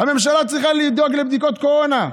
שהממשלה צריכה לדאוג לבדיקות קורונה,